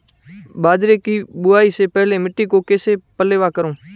बाजरे की बुआई से पहले मिट्टी को कैसे पलेवा करूं?